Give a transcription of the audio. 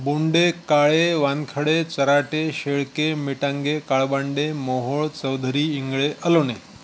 Bonde Kale Wankhede Charate Shelke Mitange Kalbande Mohal Chaudhari Ingale Alone